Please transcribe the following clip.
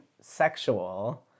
sexual